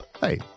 Hey